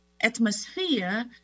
atmosphere